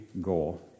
goal